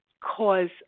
cause